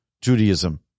Judaism